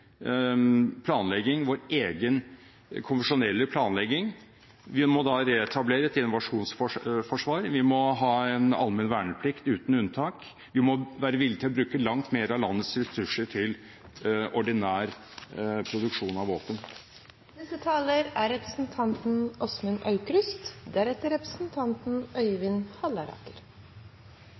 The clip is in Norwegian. planlegging, vår egen konvensjonelle planlegging. Vi må da reetablere et innovasjonsforsvar, vi må ha en allmenn verneplikt uten unntak, vi må være villige til å bruke langt mer av landets ressurser til ordinær produksjon av